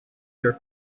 your